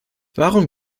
warum